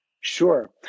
Sure